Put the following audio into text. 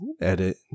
edit